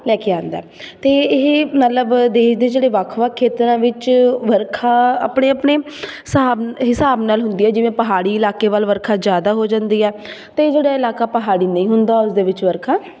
ਲੈ ਕੇ ਆਉਂਦਾ ਅਤੇ ਇਹ ਮਤਲਬ ਦੇਸ਼ ਦੇ ਜਿਹੜੇ ਵੱਖ ਵੱਖ ਖੇਤਰਾਂ ਵਿੱਚ ਵਰਖਾ ਆਪਣੇ ਆਪਣੇ ਹਿਸਾਬ ਨਾਲ ਹੁੰਦੀ ਹੈ ਜਿਵੇਂ ਪਹਾੜੀ ਇਲਾਕੇ ਵੱਲ ਵਰਖਾ ਜ਼ਿਆਦਾ ਹੋ ਜਾਂਦੀ ਹੈ ਅਤੇ ਜਿਹੜਾ ਇਲਾਕਾ ਪਹਾੜੀ ਨਹੀਂ ਹੁੰਦਾ ਉਸ ਦੇ ਵਿੱਚ ਵਰਖਾ